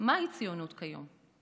מהי ציונות כיום,